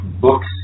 books